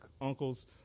uncles